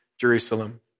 Jerusalem